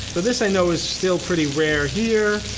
but this i know is still pretty rare here,